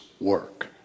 work